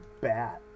bat